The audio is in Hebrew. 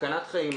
זאת סכנת חיים,